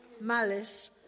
malice